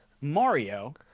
Mario